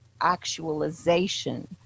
actualization